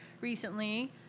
recently